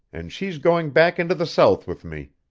and she's going back into the south with me.